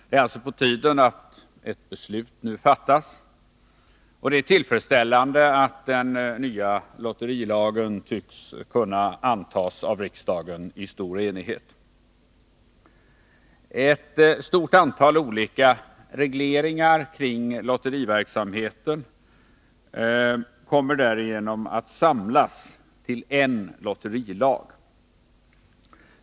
Det är alltså på tiden att ett beslut fattas, och det är tillfredsställande att den nya lotterilagen nu tycks kunna antas av riksdagen i stor enighet. Ett stort antal olika regleringar kring lotteriverksamheten kommer härigenom att samlas till en lotterilag.